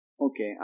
Okay